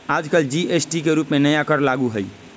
आजकल जी.एस.टी के रूप में नया कर लागू हई